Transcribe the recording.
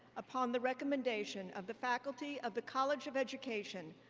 upon the recommendation of the faculty of the college of education,